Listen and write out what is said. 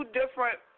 different